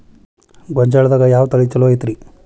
ಗೊಂಜಾಳದಾಗ ಯಾವ ತಳಿ ಛಲೋ ಐತ್ರಿ?